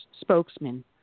Spokesman